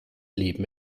leben